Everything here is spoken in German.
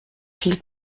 viel